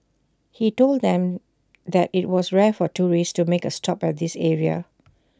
he told them that IT was rare for tourists to make A stop at this area